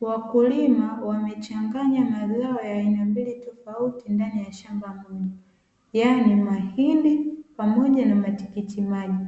Wakulima wamechanganya mazao ya aina mbili tofauti, ndani ya shamba moja, yaani mahindi pamoja na matikiti maji,